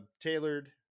tailored